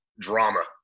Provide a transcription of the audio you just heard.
drama